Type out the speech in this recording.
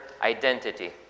identity